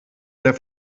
der